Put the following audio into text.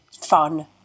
fun